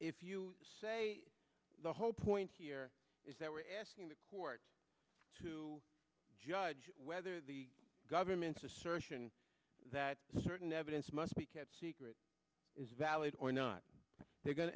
if you say the whole point here is that we're asking the court to judge whether the government's assertion that certain evidence must be kept secret is valid or not they're going to